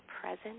present